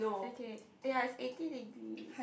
okay ya it's eighty degrees